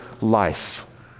life